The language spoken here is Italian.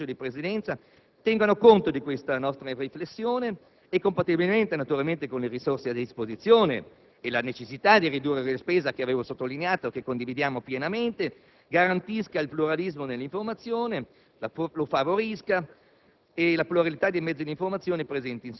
Mi auguro pertanto che il Collegio dei senatori Questori e il Consiglio di Presidenza tengano conto di questa riflessione e, compatibilmente con le risorse a disposizione e la necessità di ridurre le spese, che avevo sottolineato e che condivido pienamente, garantiscano il pluralismo nell'informazione e lo favoriscano